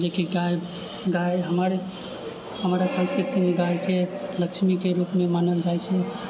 जेकि गाय गाय हमर हमर संस्कृतिमे गायके लक्ष्मीके रूपमे मानल जाइ छै